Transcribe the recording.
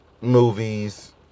movies